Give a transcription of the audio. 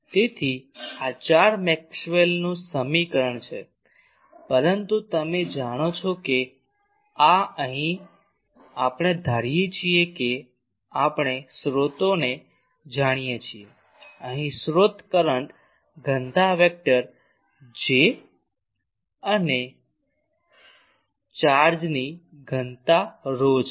તેથી આ ચાર મેક્સવેલનું સમીકરણ છે પરંતુ તમે જાણો છો કે આ અહીં આપણે ધારીએ છીએ કે આપણે સ્રોતોને જાણીએ છીએ અહીં સ્રોત કરંટ ઘનતા વેક્ટર જે અને ચાર્જની ઘનતા ρ છે